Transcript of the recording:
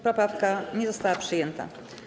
Poprawka nie została przyjęta.